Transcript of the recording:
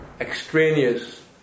extraneous